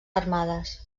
armades